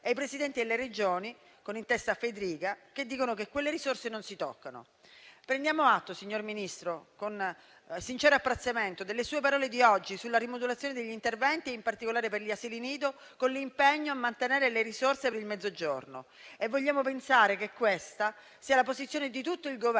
e i Presidenti delle Regioni - con in testa Fedriga - che dicono che quelle risorse non si toccano. Prendiamo atto, signor Ministro, con sincero apprezzamento, delle sue parole di oggi sulla rimodulazione degli interventi, in particolare per gli asili nido, con l'impegno a mantenere le risorse per il Mezzogiorno. E vogliamo pensare che questa sia la posizione di tutto il Governo